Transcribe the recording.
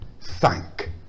thank